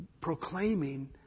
proclaiming